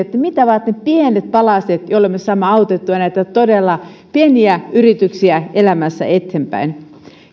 esille pienet palaset joilla me saamme autettua näitä todella pieniä yrityksiä elämässä eteenpäin